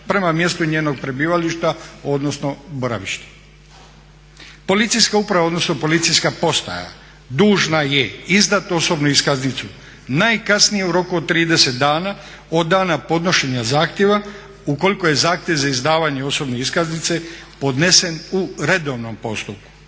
prema mjestu njenog prebivališta, odnosno boravišta. Policijska uprava, odnosno policijska postaja dužna je izdati osobnu iskaznicu najkasnije u roku od 30 dana od dana podnošenja zahtjeva ukoliko je zahtjev za izdavanje osobne iskaznice podnesen u redovnom postupku.